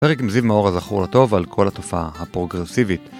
פרק מזיו מאור הזכרו לטוב על כל התופעה הפרוגרסיבית